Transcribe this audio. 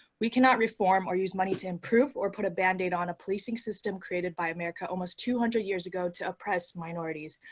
we cannot reform or use money to improve or put a bandaid on a policing system created by america almost two hundred years ago to oppress minorities.